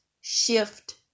shift